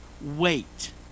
wait